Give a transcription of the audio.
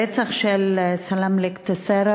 הרצח של סלמלק טסרה,